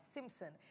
Simpson